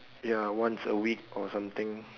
ya once a week or something